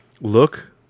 look